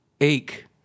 ache